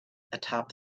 atop